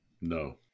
No